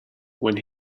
when